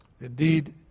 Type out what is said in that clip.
Indeed